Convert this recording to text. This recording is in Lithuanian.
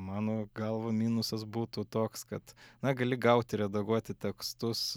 mano galva minusas būtų toks kad na gali gauti redaguoti tekstus